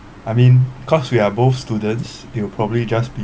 I mean cause we are both students there will probably just be